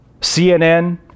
CNN